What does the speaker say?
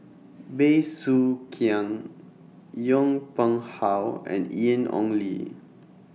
Bey Soo Khiang Yong Pung How and Ian Ong Li